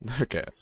Okay